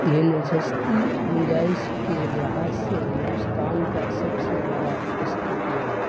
یہ نشستی گنجائش کے لحاظ سے ہندوستان کا سب سے بڑا اسٹیڈیم ہے